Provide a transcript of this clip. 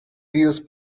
views